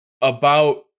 about-